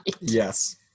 Yes